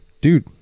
dude